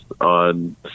on